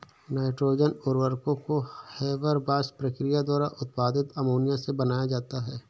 nitrogen उर्वरकों को Haber Bosch प्रक्रिया द्वारा उत्पादित अमोनिया से बनाया जाता है